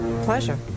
pleasure